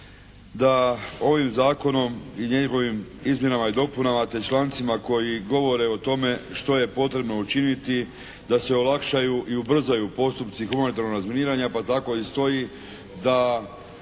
da ovim zakonom i njegovim izmjenama i dopunama te člancima koji govore o tome što je potrebno učiniti da se olakšaju i ubrzaju postupci humanitarnog razminiranja, pa tako i stoji, da